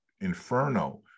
inferno